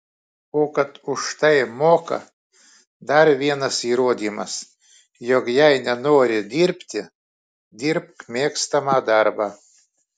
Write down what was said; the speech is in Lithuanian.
o kad už tai moka dar vienas įrodymas jog jei nenori dirbti dirbk mėgstamą darbą